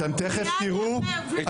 תיכף תראו את